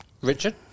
Richard